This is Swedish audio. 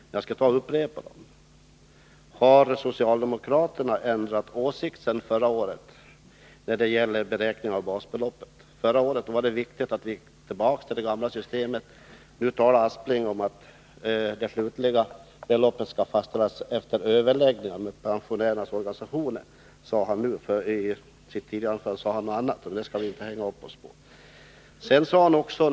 Men jag skall upprepa mig: Har socialdemokraterna ändrat åsikt sedan förra året när det gäller beräkningen av basbeloppet? Förra året var det viktigt att gå tillbaka till det gamla systemet. Nu talar Sven Aspling om att de slutliga beloppen skall fastställas efter överläggningar med pensionärernas organisationer. I sitt tidigare anförande sade han visserligen något annat, men det skall vi inte hänga upp oss på.